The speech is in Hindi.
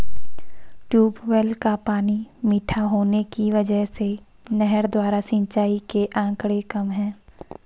ट्यूबवेल का पानी मीठा होने की वजह से नहर द्वारा सिंचाई के आंकड़े कम है